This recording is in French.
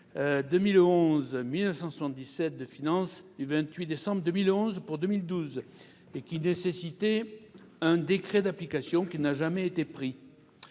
2011-1977 de finances du 28 décembre 2011 pour 2012 et qui nécessitait un décret d'application n'ayant jamais été pris